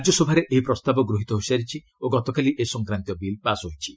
ରାଜ୍ୟସଭାରେ ଏହି ପ୍ରସ୍ତାବ ଗୃହିତ ହୋଇସାରିଛି ଓ ଗତକାଲି ଏ ସଂକ୍ରାନ୍ତୀୟ ବିଲ୍ ପାଶ୍ ହୋଇଛି